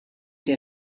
der